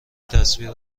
تصویر